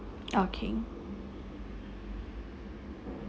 okay